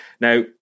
Now